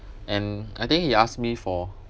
and I think he asked me for